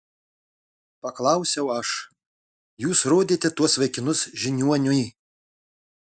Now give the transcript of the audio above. paklausiau aš jūs rodėte tuos vaikinus žiniuoniui